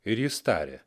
ir jis tarė